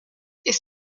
est